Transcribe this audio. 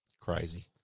Crazy